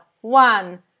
One